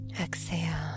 Exhale